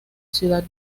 ciudad